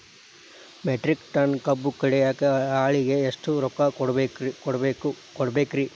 Metric ton ಕಬ್ಬು ಕಡಿಯಾಕ ಆಳಿಗೆ ಎಷ್ಟ ರೊಕ್ಕ ಕೊಡಬೇಕ್ರೇ?